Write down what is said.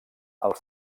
els